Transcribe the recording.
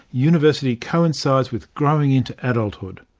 university coincides with growing into adulthood.